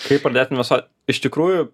kai pradėt investuot iš tikrųjų